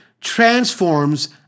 transforms